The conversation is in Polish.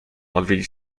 odwiedzić